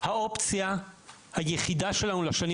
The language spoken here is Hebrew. האופציה היחידה שלנו לשנים